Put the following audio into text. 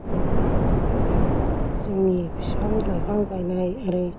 जोंनि बिफां लाइफां गायनाय आरो